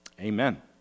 Amen